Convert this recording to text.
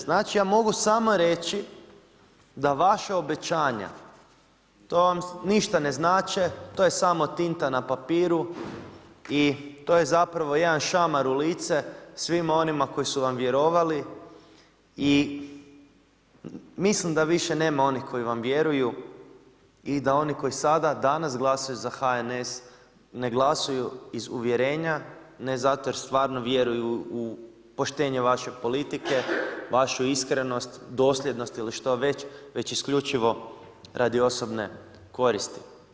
Znači ja mogu samo reći da vaša obećanja, to vam ništa ne znače, to je samo tinta na papiru i to je zapravo jedan šamar u lice svima onima koji su vam vjerovali i mislim da više nema onih koji vam vjeruju i da oni koji sada, danas glasuju za HNS ne glasuju iz uvjerenja ne zato jer stvarno vjeruju u poštenje vaše politike, vašu iskrenost, dosljednost ili što već, već isključivo zbog osobne koristi.